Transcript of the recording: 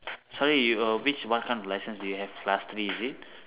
sorry you uh which what kind of lessons do you have last three is it